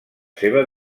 seva